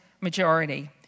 majority